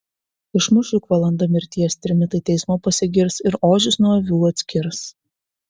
išmuš juk valanda mirties trimitai teismo pasigirs ir ožius nuo avių atskirs